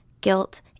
guilt